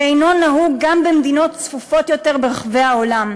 ואינו נהוג גם במדינות צפופות יותר ברחבי העולם.